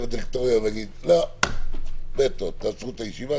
בדירקטוריון ויגיד: לא, וטו, תעצרו את הישיבה